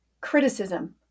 Criticism